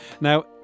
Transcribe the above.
Now